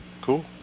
Cool